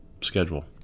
Schedule